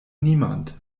niemand